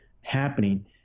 happening